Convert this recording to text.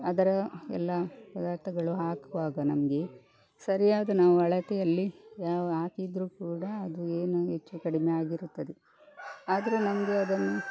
ಅದರ ಎಲ್ಲ ಪದಾರ್ಥಗಳು ಹಾಕುವಾಗ ನಮಗೆ ಸರಿಯಾದ ನಾವು ಅಳತೆಯಲ್ಲಿ ಯಾವ ಹಾಕಿದ್ರು ಕೂಡ ಅದು ಏನು ಹೆಚ್ಚು ಕಡಿಮೆ ಆಗಿರುತ್ತದೆ ಆದರೂ ನಮಗೆ ಅದನ್ನು